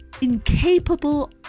incapable